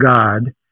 God